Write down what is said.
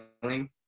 feeling